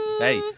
hey